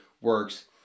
works